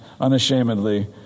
unashamedly